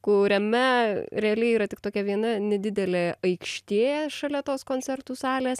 kuriame realiai yra tik tokia viena nedidelė aikštė šalia tos koncertų salės